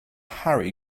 harry